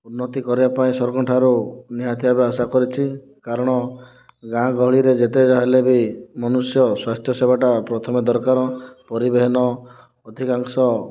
ଉନ୍ନତି କରିବା ପାଇଁ ସବୁଠାରୁ ନିହାତି ଭାବେ ଆଶା କରିଛି କାରଣ ଗାଁ ଗହଳିରେ ଯେତେ ଯାହା ହେଲେ ବି ମନୁଷ୍ୟ ସ୍ୱାସ୍ଥ୍ୟ ସେବା ଟା ପ୍ରଥମେ ଦରକାର ପରିବହନ ଅଧିକାଂଶ